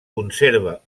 conserva